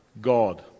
God